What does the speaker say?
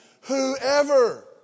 whoever